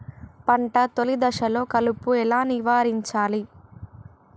పంట తొలి దశలో కలుపు ఎలా నివారించాలి?